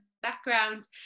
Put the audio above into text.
background